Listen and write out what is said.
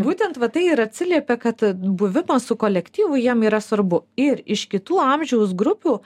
būtent va tai ir atsiliepia kad buvimas su kolektyvu jiem yra svarbu ir iš kitų amžiaus grupių